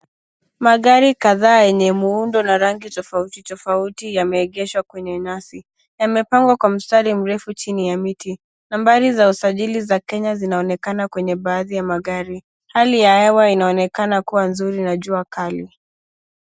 Magari kadhaa yenye muundo na rangi tofautitofauti yameegeshwa kwenye nyasi. Yamepangwa kwa mstari mrefu chini ya miti. Nambari za usajili za Kenya zinaonekana kwenye baadhi ya magari. Hali ya hewa inaonekana kuwa nzuri na jua kali.